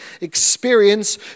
experience